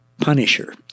punisher